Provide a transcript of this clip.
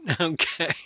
Okay